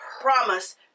promise